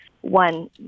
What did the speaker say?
One